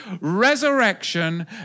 resurrection